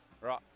Right